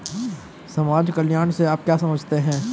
समाज कल्याण से आप क्या समझते हैं?